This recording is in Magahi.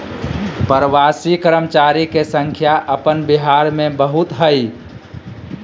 प्रवासी कर्मचारी के संख्या अपन बिहार में बहुत हइ